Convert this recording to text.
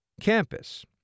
campus